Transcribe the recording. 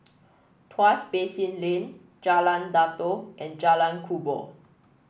Tuas Basin Lane Jalan Datoh and Jalan Kubor